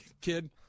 Kid